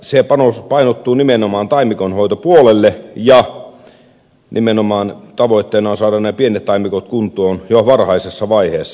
se painottuu nimenomaan taimikonhoitopuolelle ja nimenomaan tavoitteena on saada pienet taimikot kuntoon jo varhaisessa vaiheessa